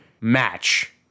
match